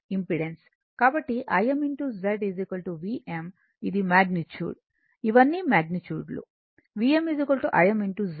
కాబట్టి Im Z Vm ఇది magnitude ఇవన్నీ మగ్నిట్యూడ్ లు Vm Im z